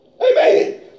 Amen